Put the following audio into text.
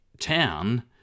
town